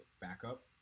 backup